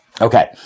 Okay